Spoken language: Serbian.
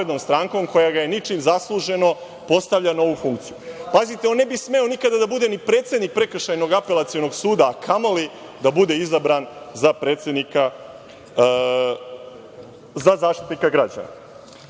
koja ga ničim zasluženo postavlja na ovu funkciju. Pazite, on ne bi smeo nikada da bude ni predsednik Prekršajnog apelacionog suda, a kamoli da bude izabran za Zaštitnika građana. Imam